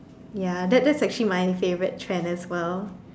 ya that that's actually my favourite trend as well